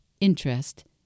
interest